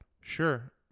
Sure